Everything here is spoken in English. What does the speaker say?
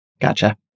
Gotcha